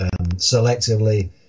selectively